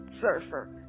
surfer